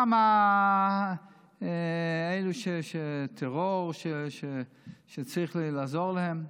כמה כאלה של טרור שצריך לעזור להם.